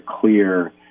clear